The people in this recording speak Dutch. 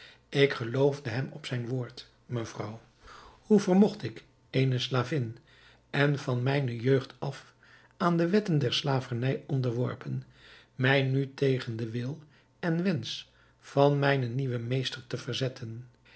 ik geloofde hem op zijn woord mevrouw hoe vermogt ik eene slavin en van mijne jeugd af aan de wetten der slavernij onderworpen mij nu tegen den wil en wensch van mijnen nieuwen meester te verzetten